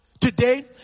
Today